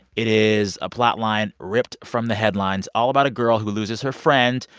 it is a plotline ripped from the headlines all about a girl who loses her friend,